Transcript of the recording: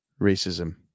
racism